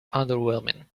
underwhelming